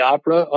Opera